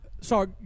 sorry